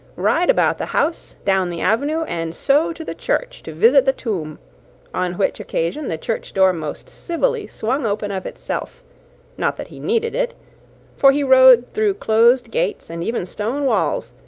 ride about the house, down the avenue, and so to the church to visit the tomb on which occasion the church door most civilly swung open of itself not that he needed it for he rode through closed gates and even stone walls,